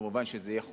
מובן שזה יהיה חוקי.